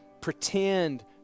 pretend